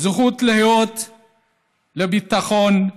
זכות לביטחון,